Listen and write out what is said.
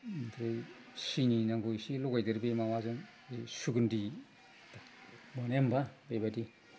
ओमफ्राय सिनि नांगौ एसे लगायदेर बे माबाजों सुगुन्धि बानाया होमब्ला बेबादि